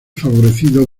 favorecido